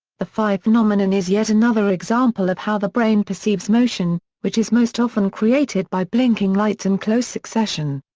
the phi phenomenon is yet another example of how the brain perceives motion, which is most often created by blinking lights in close succession.